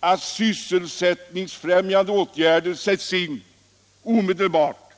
att sysselsättningsfrämjande åtgärder sätts in omedelbart.